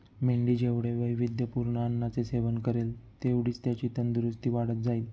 मेंढी जेवढ्या वैविध्यपूर्ण अन्नाचे सेवन करेल, तेवढीच त्याची तंदुरस्ती वाढत जाईल